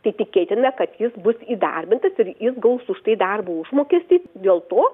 tai tikėtina kad jis bus įdarbintas ir jis gaus už tai darbo užmokestį dėl to